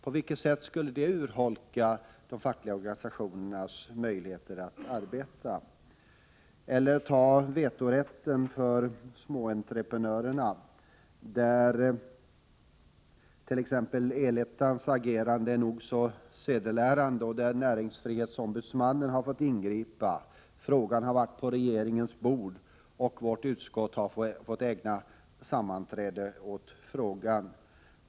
På vilket sätt skulle man urholka de fackliga organisationernas möjligheter att arbeta, om riksdagen biföll reservation 7? Eller ta vetorätten vid småentreprenader. El-Ettans agerande är nog så sedelärande, och näringsfrihetsombudsmannen har fått ingripa. Frågan har varit på regeringens bord, och vårt utskott har fått ägna sammanträde åt frågan.